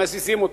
מזיזים אותו.